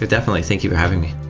definitely. thank you for having me